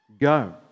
Go